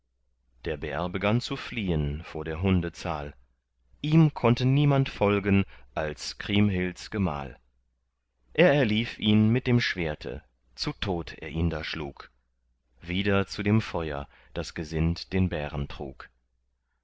der bär begann zu fliehen vor der hunde zahl ihm konnte niemand folgen als kriemhilds gemahl er erlief ihn mit dem schwerte zu tod er ihn da schlug wieder zu dem feuer das gesind den bären trug